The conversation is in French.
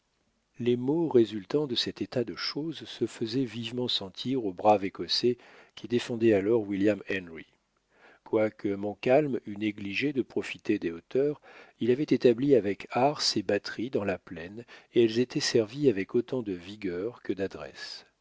les maux résultant de cet état de choses se faisaient vivement sentir au brave écossais qui défendait alors williamhenry quoique montcalm eût négligé de profiter des hauteurs il avait établi avec art ses batteries dans la plaine et elles étaient servies avec autant de vigueur que d'adresse